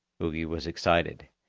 ugi was excited.